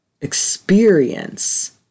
experience